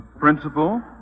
principal